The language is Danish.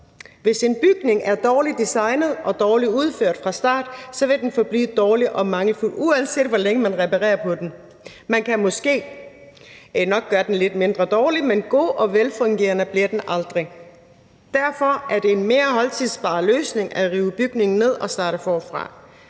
Hvis en bygning er dårligt designet og dårligt udført fra start, vil den forblive dårlig og mangelfuld, uanset hvor længe man reparerer på den. Man kan måske nok gøre den lidt mindre dårlig, men god og velfungerende bliver den aldrig. Derfor er det en mere holdbar løsning at rive bygningen ned og starte forfra